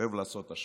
אוהב לעשות השוואות,